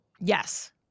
Yes